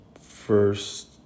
first